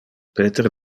peter